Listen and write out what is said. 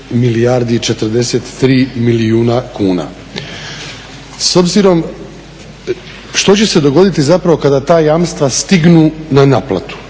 milijardi i 43 milijuna kuna. S obzirom, što će se dogoditi zapravo kada ta jamstva stignu na naplatu.